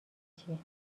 هیچی